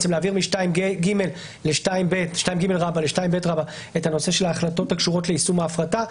להעביר מ-2ג ל-2ב את הנושא של ההחלטות שקשורות ביישום ההפרטה.